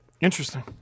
Interesting